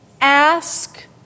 ask